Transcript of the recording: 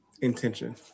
Intention